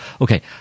Okay